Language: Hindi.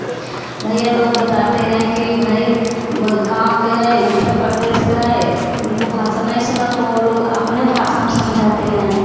भैया लोग बताते हैं कि भाई गाँव के हैं उत्तरप्रदेश का है इनको भाषा नहीं समझ तो वे लोग अपने भाषा में समझाते हैं